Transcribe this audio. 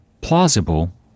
plausible